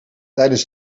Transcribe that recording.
tijdens